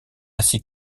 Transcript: assez